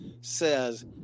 says